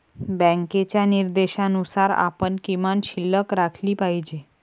बँकेच्या निर्देशानुसार आपण किमान शिल्लक राखली पाहिजे